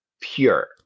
pure